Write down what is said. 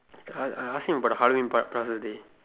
Macha I ask him but Halloween part plus us dey